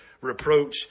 reproach